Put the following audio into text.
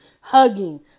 hugging